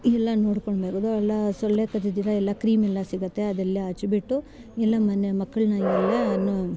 ಎಲ್ಲ ನೋಡಿಕೊಂಡು ಮೇಲೆ ಎಲ್ಲ ಸೊಳ್ಳೆ ಕಚ್ದಿರೋ ಎಲ್ಲ ಕ್ರೀಮೆಲ್ಲ ಸಿಗುತ್ತೆ ಅದೆಲ್ಲ ಹಚ್ಬಿಟ್ಟು ಎಲ್ಲ ಮನೆ ಮಕ್ಕಳನ್ನು